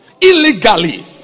illegally